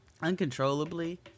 Uncontrollably